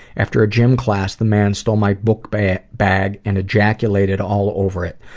after a gym class the man stole my book bag bag and ejaculated all over it.